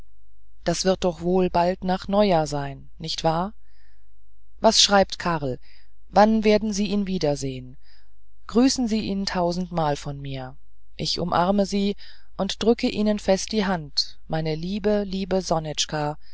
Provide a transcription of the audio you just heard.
das wird doch wohl bald nach neujahr sein nicht wahr was schreibt karl wann werden sie ihn wieder sehen grüßen sie ihn tausendmal von mir ich umarme sie und drücke ihnen fest die hand meine liebe liebe